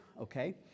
okay